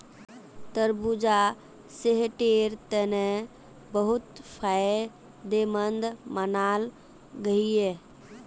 तरबूजा सेहटेर तने बहुत फायदमंद मानाल गहिये